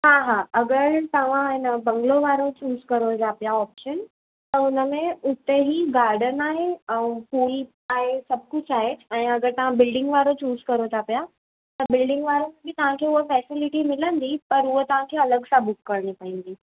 हाहा अगरि तव्हां इन बंगलो वारो चूस करो था पिया ऑप्शन त उनमें उते ई गार्डन आहे ऐं सुविधा आहे सभु कुझु आहे ऐं अगरि तव्हां बिल्डिंग वारो चूस करो था पिया त बिल्डिंग वारो बि तव्हांखे हूअ फैसिलिटी मिलंदी पर हूअ तव्हांखे अलॻि सां बुक करिणी पवंदी